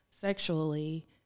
sexually